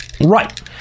Right